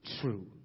true